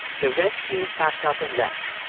the vent team packed up and left.